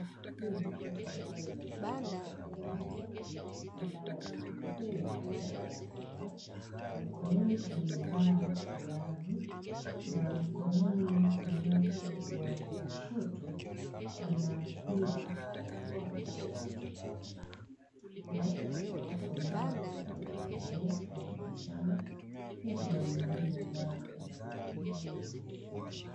Hii ni picha ambayo inaonyesha mwanamke ambaye amejifunga na barakoa na mkononi amevaa glavu, na mkononi wake wa kushoto ana pia barakoa ambazo anauza, nyuma yake kuna watu ambao wanatembea wakibishana na pia kuna wingine ambaye anazungumza kwenye simu.